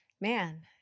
Man